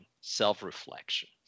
self-reflection